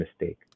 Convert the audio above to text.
mistake